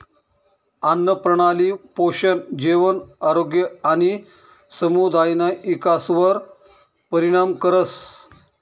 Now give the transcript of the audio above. आन्नप्रणाली पोषण, जेवण, आरोग्य आणि समुदायना इकासवर परिणाम करस